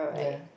ya